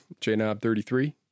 jnob33